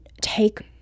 take